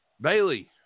Bailey